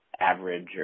average